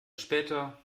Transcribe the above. später